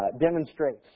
demonstrates